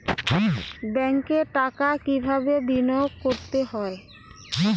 ব্যাংকে টাকা কিভাবে বিনোয়োগ করতে হয়?